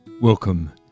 Welcome